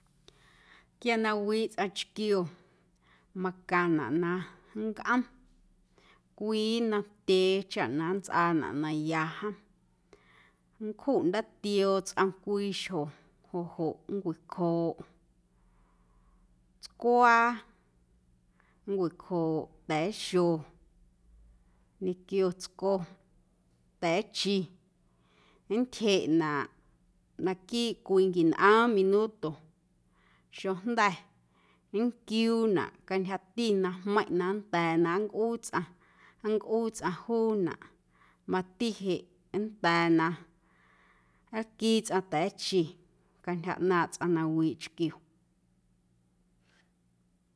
Quia na wiiꞌ tsꞌaⁿ chquio macaⁿnaꞌ na nncꞌom cwii nnom te chaꞌ na nntsꞌaanaꞌ na ya jom. Nncjuꞌ ndaatioo tsꞌom cwii xjo joꞌ joꞌ nncwicjooꞌ tscwaa, nncwicjooꞌ ta̱a̱xo ñequio tsco ta̱a̱chi nntyjeꞌnaꞌ naquiiꞌ cwii nquinꞌoom minuto xujnda̱ nnquiuunaꞌ cantyjati na jmeiⁿꞌ na nnda̱a̱ na nncꞌuu tsꞌaⁿ juunaꞌ mati jeꞌ nnda̱a̱ na nlquii tsꞌaⁿ ta̱a̱chi cantyja ꞌnaaⁿꞌ tsꞌaⁿ na wiiꞌ chquio.